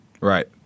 Right